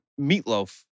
meatloaf